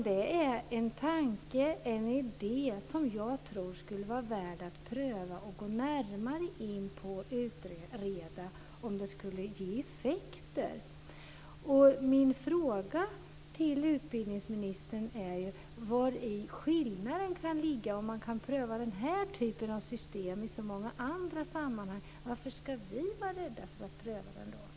Det är en tanke, en idé, som jag tror skulle vara värd att pröva och närmare utreda för att se om den skulle få några effekter. Min fråga till utbildningsministern är: Vari ligger skillnaden? Man kan ju pröva ju den här typen av system i så många andra sammanhang. Varför ska vi då vara rädda för att pröva det?